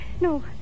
No